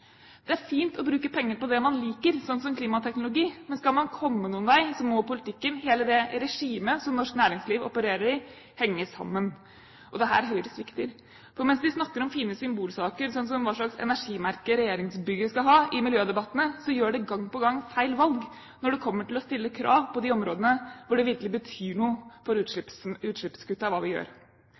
Det er fint å bruke penger på det man liker, sånn som klimateknologi. Men skal man komme noen vei, må politikken – hele det regimet som norsk næringsliv opererer i – henge sammen. Det er her Høyre svikter, for mens de snakker om fine symbolsaker – sånn som hva slags energimerke regjeringsbygget skal ha – i miljødebattene, så gjør de gang på gang feil valg når det kommer til å stille krav på de områdene der det virkelig betyr noe for utslippskuttene hva vi gjør.